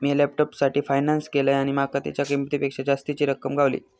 मिया लॅपटॉपसाठी फायनांस केलंय आणि माका तेच्या किंमतेपेक्षा जास्तीची रक्कम गावली